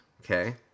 okay